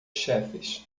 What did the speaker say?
chefes